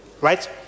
Right